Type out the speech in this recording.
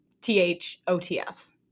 T-H-O-T-S